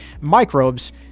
microbes